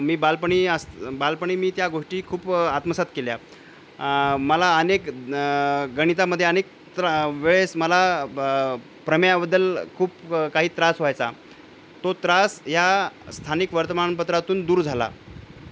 मी बालपणी बालपणी मी त्या गोष्टी खूप आत्मसात केल्या मला अनेक गणितामध्ये अनेक त्र वेळेस मला प्रमेयाबद्दल खूप काही त्रास व्हायचा तो त्रास या स्थानिक वर्तमानपत्रातून दूर झाला